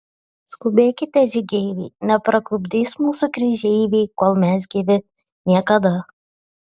skubėkite žygeiviai neparklupdys mūsų kryžeiviai kol mes gyvi niekada